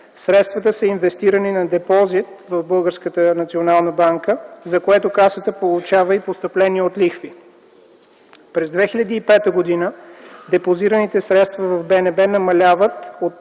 средствата са инвестирани на депозит в БНБ, за което Касата получава и постъпления от лихви. През 2005 г. депозираните средства в БНБ намаляват